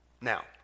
Now